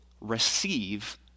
receive